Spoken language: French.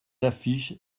affiches